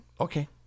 Okay